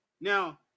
Now